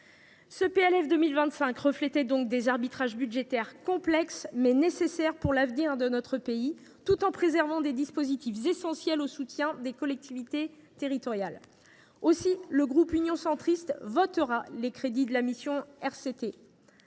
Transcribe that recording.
Ce PLF pour 2025 reflète donc des arbitrages budgétaires complexes, mais nécessaires, pour l’avenir de notre pays, tout en préservant des dispositifs essentiels au soutien des collectivités territoriales. Aussi, le groupe Union Centriste votera les crédits de la présente